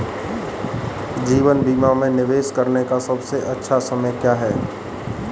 जीवन बीमा में निवेश करने का सबसे अच्छा समय क्या है?